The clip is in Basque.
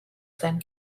zen